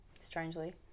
Strangely